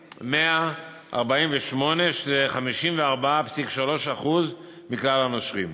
4,148, שזה 54.3% מכלל הנושרים.